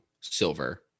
silver